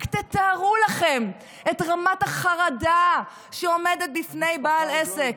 רק תתארו לכם את רמת החרדה שעומדת בפני בעל עסק,